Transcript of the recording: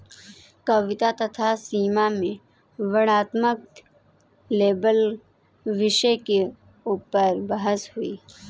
कविता तथा मीसा में वर्णनात्मक लेबल विषय के ऊपर बहस हुई